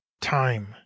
time